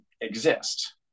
exist